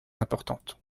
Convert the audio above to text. importantes